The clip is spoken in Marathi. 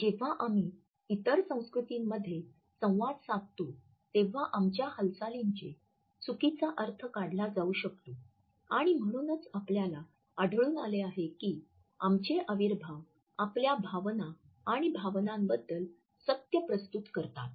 जेव्हा आम्ही इतर संस्कृतींमध्ये संवाद साधतो तेव्हा आमच्या हालचालींचा चुकीचा अर्थ काढला जाऊ शकतो आणि म्हणूनच आपल्याला आढळून आले की आमचे अविर्भाव आपल्या भावना आणि भावनांबद्दल सत्य प्रस्तुत करतात